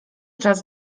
czas